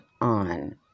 on